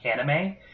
anime